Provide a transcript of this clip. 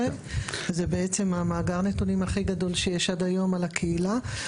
וזה בעצם מאגר הנתונים הכי גדול שיש עד היום על הקהילה.